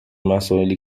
مسائلی